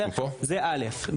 בי"ת,